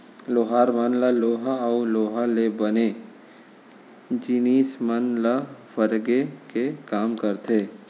लोहार मन ह लोहा अउ लोहा ले बने जिनिस मन ल फरगे के काम करथे